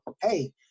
Hey